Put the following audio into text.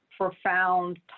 profound